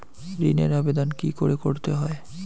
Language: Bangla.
ঋণের আবেদন কি করে করতে হয়?